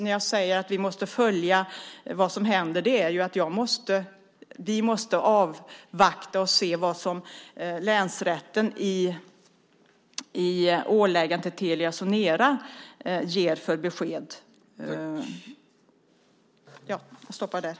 När jag säger att vi måste följa vad som händer betyder det att vi måste avvakta och se vilket besked länsrätten ger i åläggandet till Telia Sonera.